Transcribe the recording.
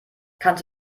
kannst